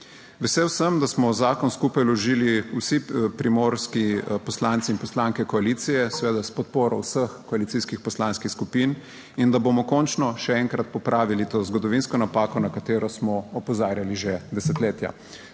Vesel sem, da smo zakon skupaj vložili vsi primorski poslanci in poslanke koalicije, seveda s podporo vseh koalicijskih poslanskih skupin in da bomo končno še enkrat popravili to zgodovinsko napako na katero smo opozarjali že desetletja.